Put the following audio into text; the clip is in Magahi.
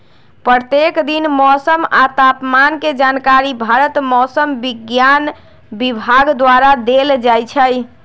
प्रत्येक दिन मौसम आ तापमान के जानकारी भारत मौसम विज्ञान विभाग द्वारा देल जाइ छइ